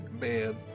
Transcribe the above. man